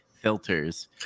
filters